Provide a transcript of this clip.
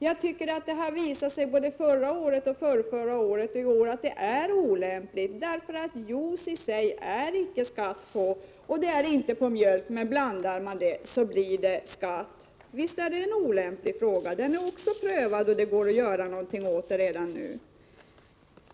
Jag tycker att det såväl förra och förrförra året som i år har visat sig att de reglerna är olämpliga — det är inte skatt på juice, och det är inte heller skatt på mjölk, men blandar man juice och mjölk blir det skatt på den drycken. Visst är det en olämplig ordning! Den frågan är också prövad tidigare, så det går att göra någonting åt detta redan nu.